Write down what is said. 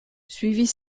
suivit